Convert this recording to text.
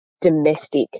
domestic